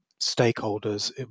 stakeholders